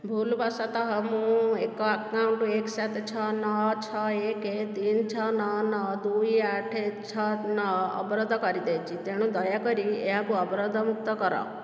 ଭୁଲ ବଶତଃ ମୁଁ ଏକ ଆକାଉଣ୍ଟ୍ ଏକ ସାତ ଛଅ ନଅ ଛଅ ଏକ ତିନି ଛଅ ନଅ ନଅ ଦୁଇ ଆଠ ଛଅ ନଅ ଅବରୋଧ କରିଦେଇଛି ତେଣୁ ଦୟାକରି ଏହାକୁ ଅବରୋଧମୁକ୍ତ କର